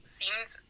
seems